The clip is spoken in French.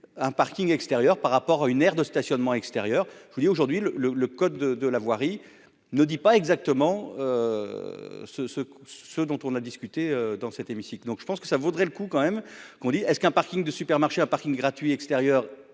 un parking extérieur par rapport à une aire de stationnement extérieur je vous dis aujourd'hui le le le code de la voirie ne dit pas exactement ce ce ce dont on a discuté dans cet hémicycle, donc je pense que ça vaudrait le coup quand même qu'on dit est-ce qu'un Parking de supermarché, un Parking gratuit extérieur